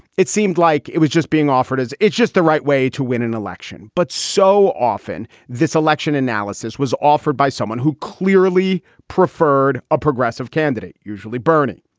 it seemed like it was just being offered as it's just the right way to win an election. but so often this election analysis was offered by someone who clearly preferred a progressive candidate, usually bernie,